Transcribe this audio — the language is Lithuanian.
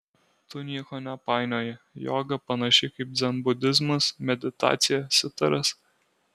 tu nieko nepainioji joga panašiai kaip dzenbudizmas meditacija sitaras